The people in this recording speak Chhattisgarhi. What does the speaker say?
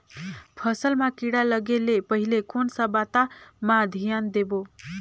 फसल मां किड़ा लगे ले पहले कोन सा बाता मां धियान देबो?